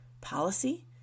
policy